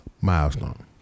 Milestone